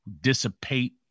dissipate